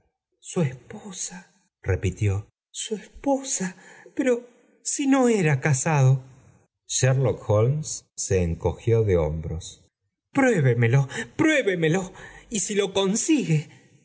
su esposa repitió j su posa j pero si no era casado sherlock holmes se encogió de hombros pruébemelo rruébemolo y si lo consigue